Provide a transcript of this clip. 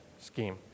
scheme